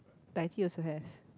Taiti also have